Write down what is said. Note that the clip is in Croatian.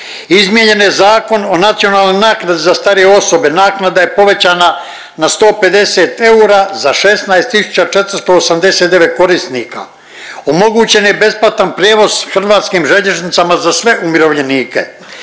izmijenjen je Zakon o nacionalnoj naknadi za starije osobe, naknada je povećana na 150 eura za 16.489 korisnika, omogućen je besplatan prijevoz HŽ-om za sve umirovljenike,